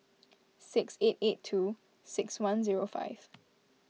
six eight eight two six one zero five